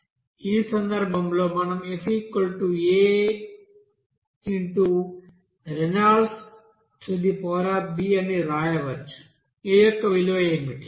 ఈ సందర్భంలో మనం fa రేనాల్డ్స్b అని వ్రాయవచ్చు a యొక్క విలువ ఏమిటి